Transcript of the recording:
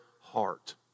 heart